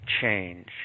change